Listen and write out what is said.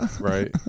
Right